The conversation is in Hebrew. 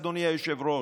אדוני היושב-ראש.